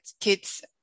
kids